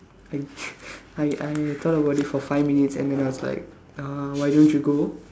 I I I thought about it for five minutes and then I was like uh why don't you go